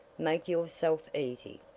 make yourself easy.